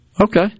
Okay